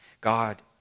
God